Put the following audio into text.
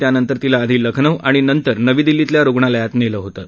त्यानंतर तिला आधी लखनऊ तर नंतर नवी दिल्लीतल्या रुग्णालयात नघ्तीआलं होतं